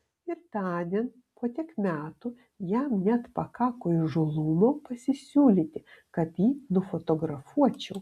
ir tądien po tiek metų jam net pakako įžūlumo pasisiūlyti kad jį nufotografuočiau